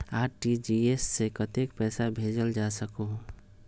RTGS से कतेक पैसा भेजल जा सकहु???